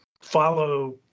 follow